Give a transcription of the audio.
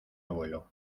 abuelo